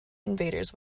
invaders